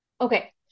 Okay